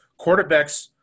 quarterbacks